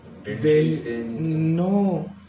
No